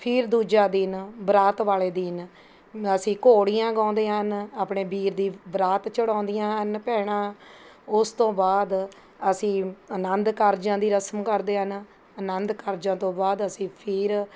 ਫਿਰ ਦੂਜਾ ਦਿਨ ਬਰਾਤ ਵਾਲੇ ਦਿਨ ਅਸੀਂ ਘੋੜੀਆਂ ਗਾਉਂਦੇ ਹਾਂ ਆਪਣੇ ਵੀਰ ਦੀ ਬਰਾਤ ਚੜ੍ਹਾਉਂਦੀਆਂ ਹਨ ਭੈਣਾਂ ਉਸ ਤੋਂ ਬਾਅਦ ਅਸੀਂ ਅਨੰਦ ਕਾਰਜਾਂ ਦੀ ਰਸਮ ਕਰਦੇ ਹਾਂ ਅਨੰਦ ਕਾਰਜਾਂ ਤੋਂ ਬਾਅਦ ਅਸੀਂ ਫਿਰ